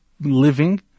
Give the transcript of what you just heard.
living